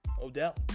Odell